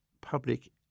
public